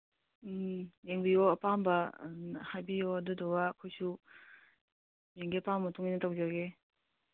ꯎꯝ ꯌꯦꯡꯕꯤꯌꯨ ꯑꯄꯥꯝꯕ ꯍꯥꯏꯕꯤꯌꯨ ꯑꯗꯨꯗꯨꯒ ꯑꯩꯈꯣꯏꯁꯨ ꯃꯦꯝꯒꯤ ꯑꯄꯥꯝꯕ ꯃꯇꯨꯡ ꯏꯟꯅ ꯇꯧꯖꯒꯦ